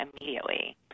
immediately